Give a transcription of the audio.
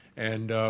and